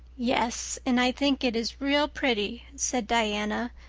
yes, and i think it is real pretty, said diana,